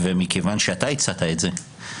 מכיוון שאתה הצעת את זה,